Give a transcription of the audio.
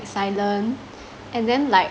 silent and then like